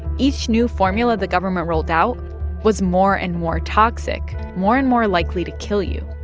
each new formula the government rolled out was more and more toxic, more and more likely to kill you.